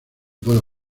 puedo